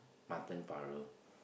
mutton paru